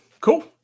Cool